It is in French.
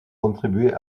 contribué